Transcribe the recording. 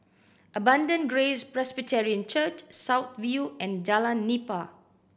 Abundant Grace Presbyterian Church South View and Jalan Nipah